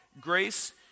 Grace